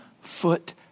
foot